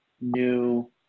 new